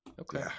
okay